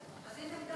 סעיפים 1 28